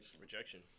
Rejection